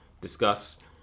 discuss